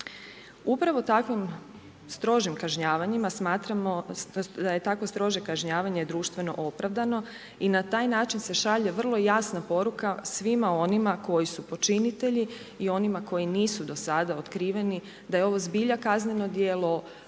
Upravo takvim strožim kažnjavanjima smatramo da je takvo strože kažnjavanje društveno opravdano i na taj način se šalje vrlo jasna poruka svima onima koji su počinitelji i onima koji nisu do sada otkriveni da je ovo zbilja kazneno djelo,